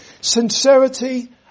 sincerity